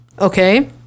okay